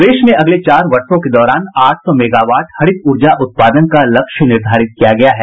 प्रदेश में अगले चार वर्षों के दौरान आठ सौ मेगावाट हरित ऊर्जा उत्पादन का लक्ष्य निर्धारित किया गया है